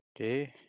Okay